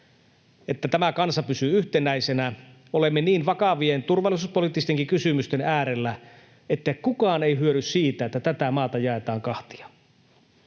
että tämä kansa pysyy yhtenäisenä. Olemme niin vakavien turvallisuuspoliittistenkin kysymysten äärellä, että kukaan ei hyödy siitä, että tätä maata jaetaan kahtia.